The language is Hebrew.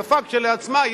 היפה כשלעצמה,